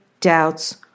doubts